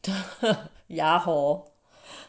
ya hor